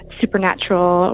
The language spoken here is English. supernatural